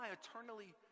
eternally